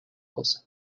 cosa